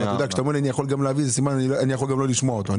כשאתה אומר אני יכול גם להביא אני יכול גם לא לשמוע אותו,